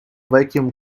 vacuum